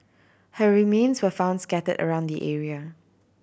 her remains were found scatter around the area